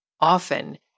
Often